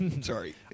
Sorry